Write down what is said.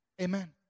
Amen